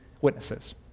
witnesses